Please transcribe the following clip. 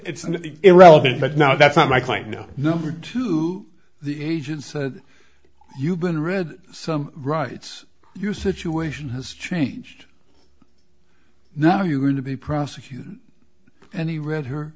an irrelevance but no that's not my point now number two the agent said you've been read some rights your situation has changed now you're going to be prosecuted and he read her